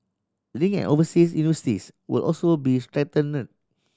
link and overseas will also be strengthen